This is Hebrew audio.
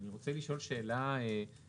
אני רוצה לשאול שאלה עקרונית,